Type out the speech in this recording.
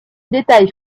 détail